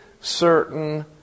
certain